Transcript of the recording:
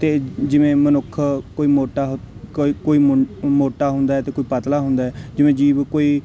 ਅਤੇ ਜਿਵੇਂ ਮਨੁੱਖ ਕੋਈ ਮੋਟਾ ਹ ਕੋਈ ਕੋਈ ਮੁ ਮੋਟਾ ਹੁੰਦਾ ਅਤੇ ਕੋਈ ਪਤਲਾ ਹੁੰਦਾ ਹੈ ਜਿਵੇਂ ਜੀਵ ਕੋਈ